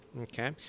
Okay